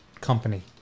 company